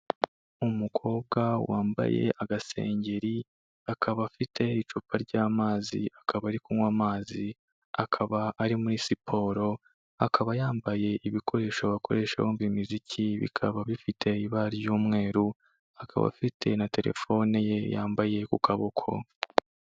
Umukobwa wambaye agasengeri, akaba afite icupa ry'amazi, akaba ari kunywa amazi, akaba ari muri siporo, akaba yambaye ibikoresho bakoresha bumva imiziki, bikaba bifite ibara ry'umweru, akaba afite na terefone ye, yambaye ku kaboko.